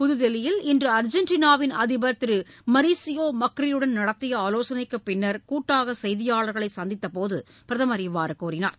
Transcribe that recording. புதுதில்லியில் இன்று அர்ஜென்டினாவின் அதிபர் மரிஸியோ மக்ரியுடன் நடத்திய ஆலோசளைக்குப் பின்னர் கூட்டாக செய்தியாளர்களை சந்தித்த போது பிரதமர் இவ்வாறு கூறினார்